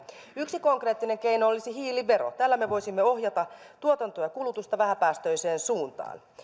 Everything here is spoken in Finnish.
yksi konkreettinen keino olisi hiilivero tällä me voisimme ohjata tuotantoa ja kulutusta vähäpäästöiseen suuntaan